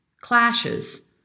clashes